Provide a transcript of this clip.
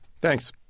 Thanks